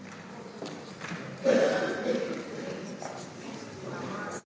hvala.